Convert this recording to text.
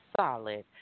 solid